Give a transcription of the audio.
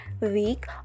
week